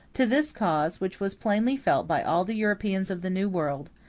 to this cause, which was plainly felt by all the europeans of the new world,